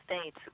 States